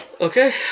Okay